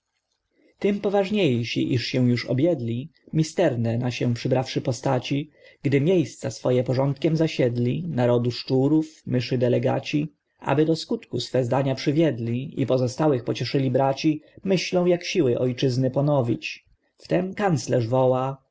tym poważniejsi iż się już objedli misterne na się przybrawszy postaci gdy miejsca swoje porządkiem zasiedli narodu szczurów myszy delegaci aby do skutku swe zdania przywiedli i pozostałych pocieszyli braci myślą jak siły ojczyzny ponowić wtem kanclerz woła